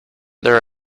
there